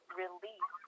release